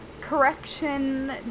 correction